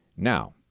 Now